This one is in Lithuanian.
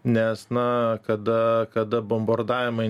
nes na kada kada bombardavimai